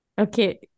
okay